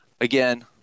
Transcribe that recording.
Again